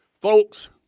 Folks